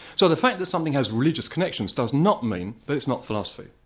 so the fact that something has religious connections does not mean that it's not philosophy.